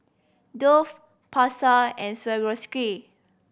Dove Pasar and Swarovski